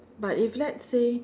but if let's say